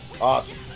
Awesome